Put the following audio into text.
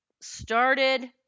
started